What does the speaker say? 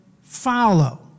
follow